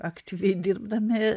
aktyviai dirbdami